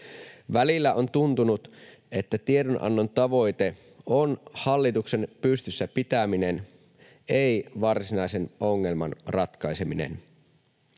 Välillä on tuntunut, että tiedonannon tavoite on hallituksen pystyssä pitäminen, ei varsinaisen ongelman ratkaiseminen.